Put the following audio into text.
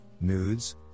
nudes